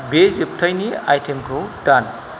बे जोबथाइनि आइटेमखौ दान